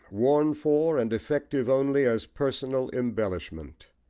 worn for, and effective only as personal embellishment.